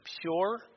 pure